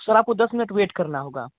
sir आपको दस minute wait करना होगा